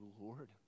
Lord